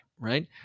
right